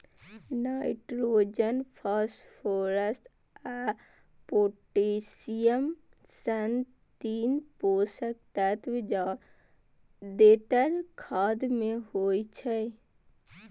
nitrogen, phosphorus आ potassium सन तीन पोषक तत्व जादेतर खाद मे होइ छै